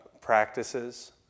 practices